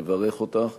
לברך אותך.